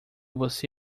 você